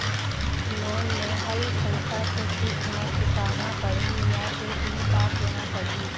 Loan लेहल पइसा के किस्त म चुकाना पढ़ही या एक ही बार देना पढ़ही?